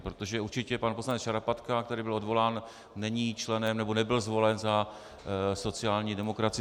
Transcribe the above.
Protože určitě pan poslanec Šarapatka, který byl odvolán, není členem, nebo nebyl zvolen za sociální demokracii.